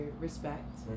respect